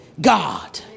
God